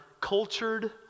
cultured